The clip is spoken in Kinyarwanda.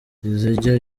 izajya